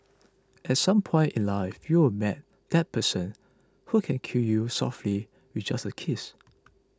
at some point in life you will met that person who can kill you softly with just a kiss